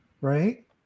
right